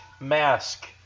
Mask